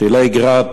טילי "גראד",